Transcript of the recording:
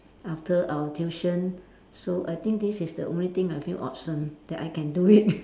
after our tuition so I think this is the only thing I feel awesome that I can do it